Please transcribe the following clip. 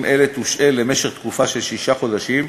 אלה תושעה למשך תקופה של שישה חודשים,